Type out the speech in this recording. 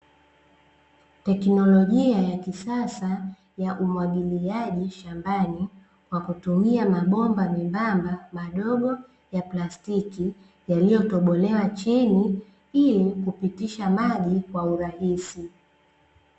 Teknolojia ya kisasa ya umwagiliaji shambani, kwa kutumia mabomba membamba madogo ya plastiki, yaliyotobolewa chini ili kupitisha maji kwa urahisi.